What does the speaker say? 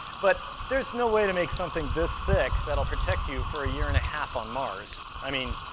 but there's no way to make something this thick that will protect you for a year and a half on mars. i mean,